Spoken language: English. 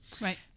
Right